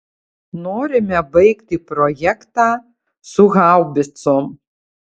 norime baigti projektą su haubicom